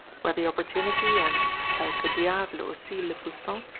where the opportunity and quelque diable, aussi, le poussant,